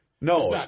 No